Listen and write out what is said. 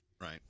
right